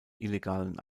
illegalen